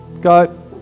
Go